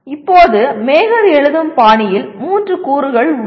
இப்போது மேகர் எழுதும் பாணியில் 3 கூறுகள் உள்ளன